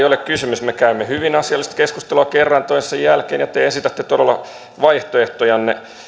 ole kysymys me käymme hyvin asiallista keskustelua kerran toisensa jälkeen ja te esitätte todella vaihtoehtojanne